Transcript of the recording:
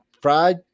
fried